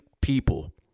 people